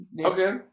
Okay